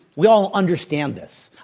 we all understand this.